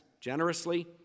generously